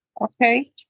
Okay